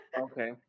okay